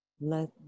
let